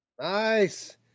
nice